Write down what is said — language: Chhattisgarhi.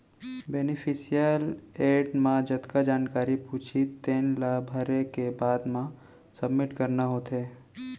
बेनिफिसियरी एड म जतका जानकारी पूछही तेन ला भरे के बाद म सबमिट करना होथे